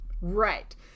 Right